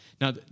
Now